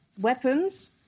weapons